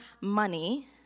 money